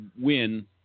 win